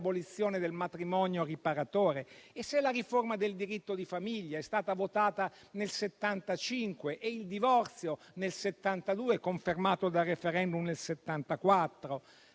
del matrimonio riparatore, e se la riforma del diritto di famiglia è stata votata nel 1975 e il divorzio nel 1972, confermato dal *referendum* nel